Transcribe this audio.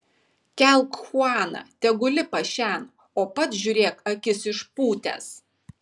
kelk chuaną tegu lipa šen o pats žiūrėk akis išpūtęs